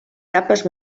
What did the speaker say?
capes